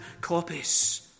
copies